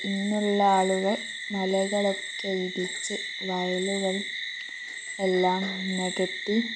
ഇന്നുള്ള ആളുകൾ മലകളൊക്കെ ഇടിച്ച് വയലുകൾ എല്ലാം നികത്തി